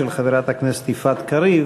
המזכירות בודקת אם זה עניין של דקה, שתיים.